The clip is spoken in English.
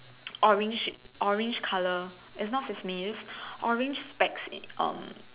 orange orange colour it's not fish meat orange specks um